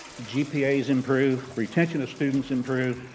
gpas improve, retention of students improve,